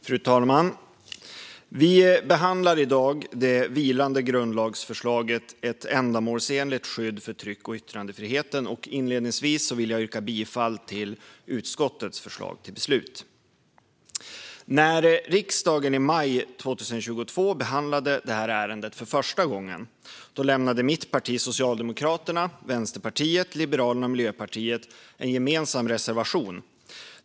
Ett ändamålsenligt skydd för tryck och yttrandefriheten Fru talman! Vi behandlar i dag det vilande grundlagsförslaget Ett ändamålsenligt skydd för tryck och yttrandefriheten . Inledningsvis vill jag yrka bifall till utskottets förslag till beslut. När riksdagen i maj 2022 behandlade ärendet för första gången lämnade mitt parti Socialdemokraterna, Vänsterpartiet, Liberalerna och Miljöpartiet en gemensam reservation.